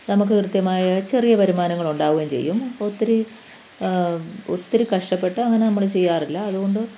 നമുക്ക് കൃത്യമായ ചെറിയ വരുമാനങ്ങൾ ഉണ്ടാവുകയും ചെയ്യും ഒത്തിരി ഒത്തിരി കഷ്ടപ്പെട്ട് അങ്ങനെ നമ്മൾ ചെയ്യാറില്ല അതുകൊണ്ട്